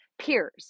peers